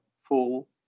full